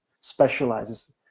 specializes